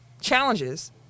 challenges